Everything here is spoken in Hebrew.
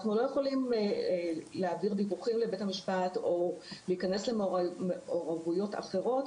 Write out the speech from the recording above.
אנחנו לא יכולים להעביר דיווחים לבית המשפט או להיכנס למעורבויות אחרות,